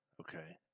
okay